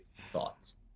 Thoughts